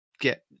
get